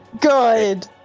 Good